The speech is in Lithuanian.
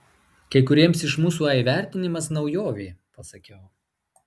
kai kuriems iš mūsų a įvertinimas naujovė pasakiau